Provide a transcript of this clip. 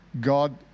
God